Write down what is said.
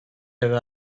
eve